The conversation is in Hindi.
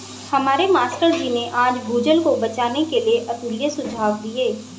हमारे मास्टर जी ने आज भूजल को बचाने के लिए अतुल्य सुझाव दिए